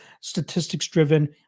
statistics-driven